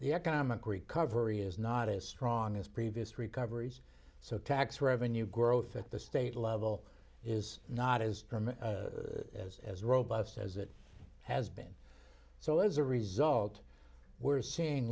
the economic recovery is not as strong as previous recoveries so tax revenue growth at the state level is not as as as robust as it has been so as a result we're seeing